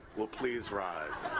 will please rise.